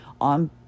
on